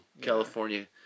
California